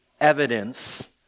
evidence